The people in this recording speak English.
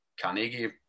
Carnegie